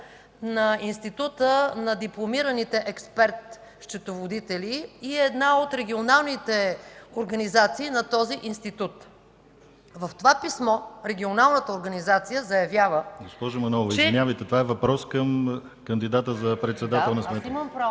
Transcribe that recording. на Института на дипломираните експерт-счетоводители и една от регионалните организации на този Институт. В това писмо регионалната организация заявява, че... ПРЕДСЕДАТЕЛ ДИМИТЪР ГЛАВЧЕВ: Госпожо Манолова, извинявайте, това е въпрос към кандидата за председател на Сметната